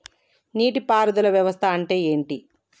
నీటి పారుదల వ్యవస్థ అంటే ఏంటి?